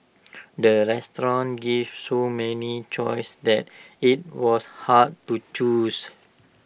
the restaurant give so many choices that IT was hard to choose